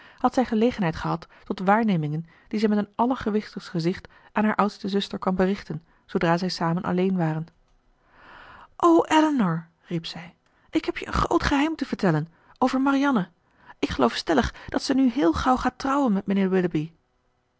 had zij gelegenheid gehad tot waarnemingen die zij met een allergewichtigst gezicht aan haar oudste zuster kwam berichten zoodra zij samen alleen waren o elinor riep zij ik heb je een groot geheim te vertellen over marianne ik geloof stellig dat ze nu heel gauw gaat trouwen met mijnheer